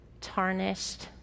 tarnished